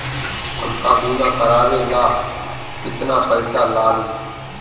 हमका बीमा करावे ला केतना पईसा लागी?